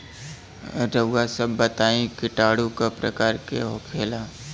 रउआ सभ बताई किटाणु क प्रकार के होखेला?